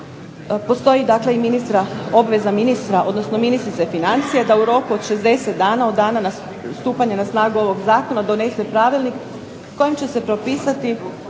Postoji dakle obveza ministrice financija da u roku od 60 dana od dana stupanja na snagu ovog Zakona donese pravilnik s kojim će se propisati